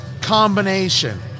combination